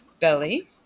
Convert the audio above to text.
Belly